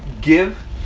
give